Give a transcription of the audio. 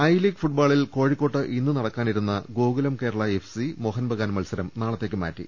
I league ഫൂട്ബോളിൽ കോഴിക്കോട്ട് ഇന്ന് നടക്കാനിരുന്ന ഗോകൂലം കേരള എഫ്സി മോഹൻ ബഗാൻ മത്സരം നാളത്തേക്ക് മാറ്റി